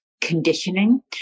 conditioning